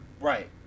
Right